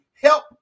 help